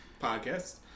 podcast